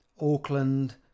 Auckland